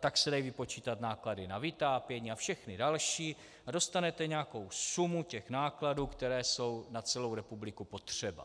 tak se dají vypočítat náklady na vytápění a všechny další a dostanete nějakou sumu nákladů, které jsou na celou republiku potřeba.